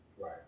Right